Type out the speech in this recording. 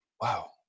Wow